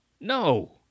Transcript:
no